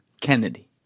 Kennedy